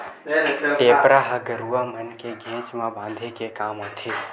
टेपरा ह गरुवा मन के घेंच म बांधे के काम आथे